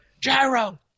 Gyro